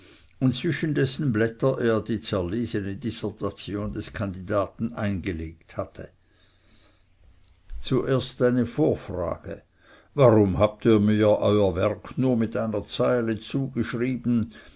und zwischen dessen blätter er die zerlesene dissertation des kandidaten eingelegt hatte zuerst eine vorfrage warum habt ihr mir euer werk nur mit einer zeile zugeschrieben